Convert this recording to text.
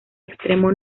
extremo